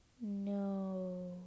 No